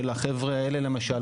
של החבר'ה האלה למשל,